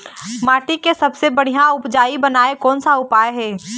माटी के सबसे बढ़िया उपजाऊ बनाए कोन सा उपाय करें?